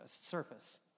surface